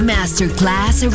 Masterclass